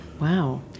Wow